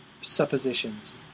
suppositions